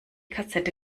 kassette